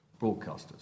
broadcasters